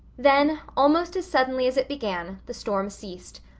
then, almost as suddenly as it began, the storm ceased.